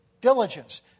diligence